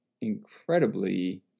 incredibly